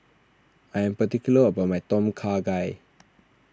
I am particular about my Tom Kha Gai